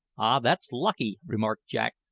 ah! that's lucky, remarked jack.